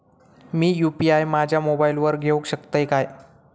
मी UPI माझ्या मोबाईलावर घेवक शकतय काय?